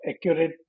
accurate